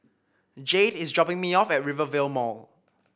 Jayde is dropping me off at Rivervale Mall